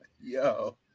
Yo